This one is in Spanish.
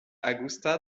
augusta